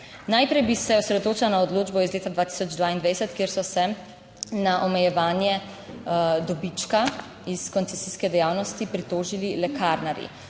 Najprej bi se osredotočila na odločbo iz leta 2022, kjer so se na omejevanje dobička iz koncesijske dejavnosti pritožili lekarnarji.